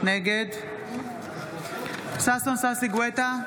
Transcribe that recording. נגד ששון ששי גואטה,